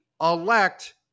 elect